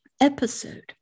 episode